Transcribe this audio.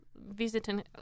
visiting